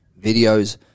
videos